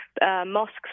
Mosques